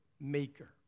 maker